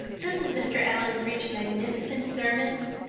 doesn't mr. allan preach magnificent sermons?